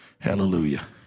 Hallelujah